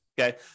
okay